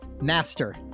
master